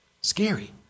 Scary